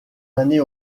années